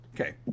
Okay